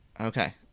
okay